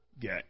get